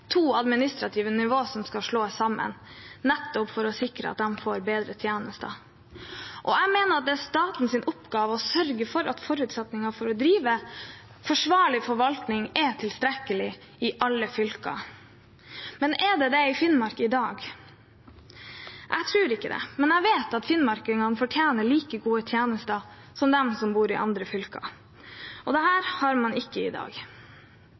oppgave å sørge for at forutsetningene for å drive forsvarlig forvaltning er tilstrekkelige i alle fylker. Men er de det i Finnmark i dag? Jeg tror ikke det, men jeg vet at finnmarkingene fortjener like gode tjenester som dem som bor i andre fylker. Dette har man ikke i dag.